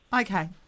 Okay